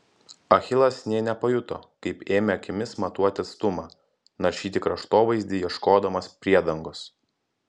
achilas nė nepajuto kaip ėmė akimis matuoti atstumą naršyti kraštovaizdį ieškodamas priedangos